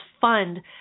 fund